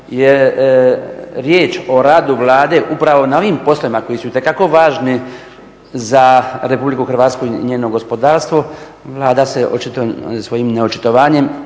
je riječ o radu Vlada upravo na ovim poslovima koji su itekako važni za RH i njeno gospodarstvo Vlada se očito svojim neočitovanjem